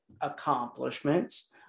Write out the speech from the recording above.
accomplishments